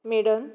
maiden